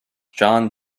john